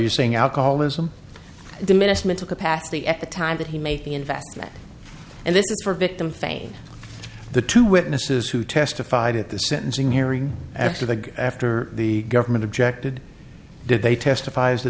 saying alcoholism diminished mental capacity at the time that he made the investment and this is for victim fane the two witnesses who testified at the sentencing hearing after the after the government objected did they testifie